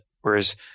Whereas